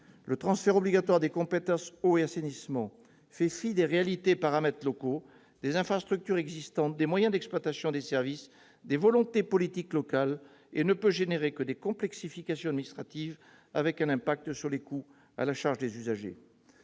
Le transfert obligatoire des compétences « eau » et « assainissement » fait fi des réalités et paramètres locaux, des infrastructures existantes, des moyens d'exploitation des services, des volontés politiques locales, et ne peut qu'entraîner des complexifications administratives, avec un impact sur les coûts, à la charge des usagers.